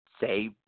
say